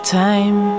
time